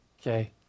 Okay